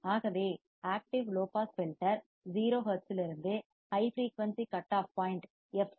ஆகவே active low pass filter 0 ஹெர்ட்ஸிலிருந்து high frequency cut off point F